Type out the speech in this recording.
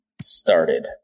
started